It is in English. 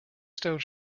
stones